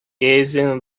gazing